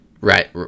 Right